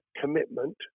commitment